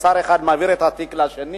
שר אחד מעביר את התיק לשני,